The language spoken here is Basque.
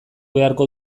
beharko